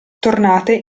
tornate